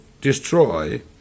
destroy